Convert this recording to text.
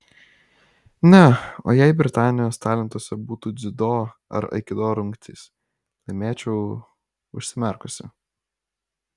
ne o jei britanijos talentuose būtų dziudo ar aikido rungtys laimėčiau užsimerkusi